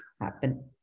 happen